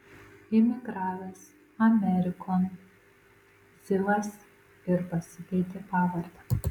imigravęs amerikon zivas ir pasikeitė pavardę